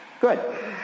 Good